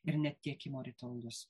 ir net tiekimo ritualus